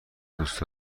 دوست